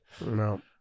No